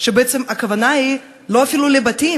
שבעצם הכוונה היא אפילו לא לבתים.